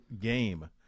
game